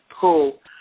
pull